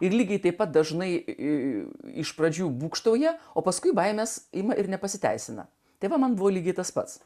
ir lygiai taip pat dažnai į iš pradžių būgštauja o paskui baimės ima ir nepasiteisina tai man buvo lygiai tas pats